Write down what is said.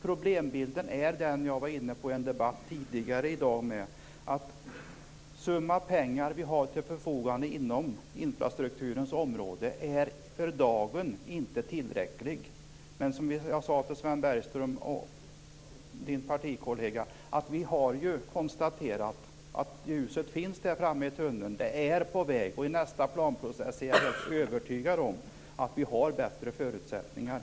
Problembilden är den jag var inne på i en debatt tidigare i dag, att den summa pengar vi har till förfogande inom infrastrukturens område för dagen inte är tillräcklig. Men som jag sade till Sven Bergström, Viviann Gerdins partikollega, har vi konstaterat att ljuset finns där framme i tunneln och är på väg. Jag är övertygad om att vi i nästa planprocess kommer att ha bättre förutsättningar.